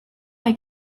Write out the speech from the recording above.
hay